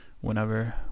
whenever